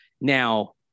Now